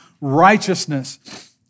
righteousness